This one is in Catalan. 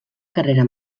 carrera